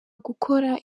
gukora